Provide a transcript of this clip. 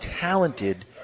talented